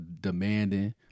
demanding